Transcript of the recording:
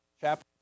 Chapter